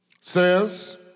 says